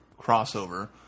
crossover